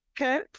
Okay